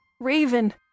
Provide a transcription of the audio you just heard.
Raven